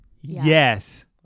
Yes